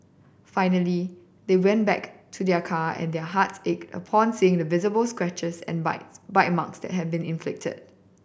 finally they went back to their car and their hearts ached upon seeing the visible scratches and bites bite marks that had been inflicted